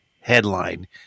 headline